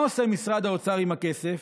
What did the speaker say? מה עושה משרד האוצר עם הכסף?